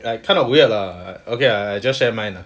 like kind of weird lah okay I just share mine ah